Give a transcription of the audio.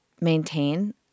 maintain